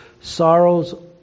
sorrows